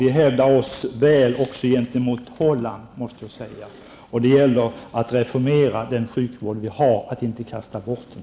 Vi hävdar oss väl också gentemot Holland. Det gäller att reformera den sjukvård vi har och att inte kasta bort den.